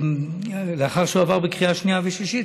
לאחר שהוא עבר בקריאה שנייה ושלישית,